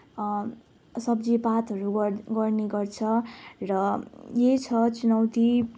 सब्जीपातहरू ग गर्ने गर्छ र यही छ चुनौती